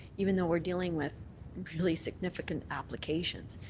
even though we're dealing with really significant applications,